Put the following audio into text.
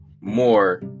more